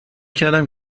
کردم